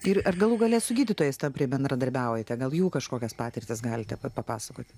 ir ar galų gale su gydytojais tampriai bendradarbiaujate gal jų kažkokias patirtis galite papasakoti